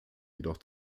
jedoch